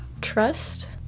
Trust